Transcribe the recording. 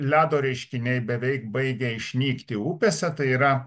ledo reiškiniai beveik baigia išnykti upėse tai yra